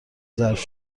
ظرف